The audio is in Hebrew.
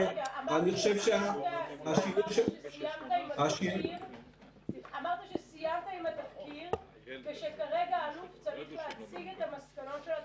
אמרת שסיימת עם התחקיר ושכרגע האלוף צריך להציג את המסקנות של התחקיר,